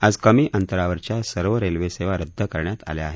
आज कमी अंतरावरच्या सर्व रेल्वे सेवा रद्द करण्यात आल्या आहेत